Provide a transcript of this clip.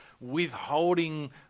withholding